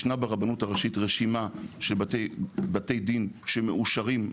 ישנה ברבות הראשית רשימה של בתי דין מאושרים,